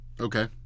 Okay